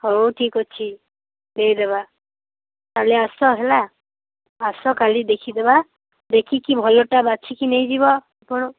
ହଉ ଠିକ୍ ଅଛି ଦେଇଦେବା କାଲି ଆସ ହେଲା ଆସ କାଲି ଦେଖିଦେବା ଦେଖିକି ଭଲଟା ବାଛିକି ନେଇଯିବ ଆପଣ